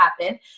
happen